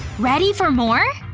ready for more?